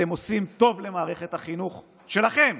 אתם עושים טוב למערכת החינוך, שלכם,